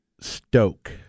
Stoke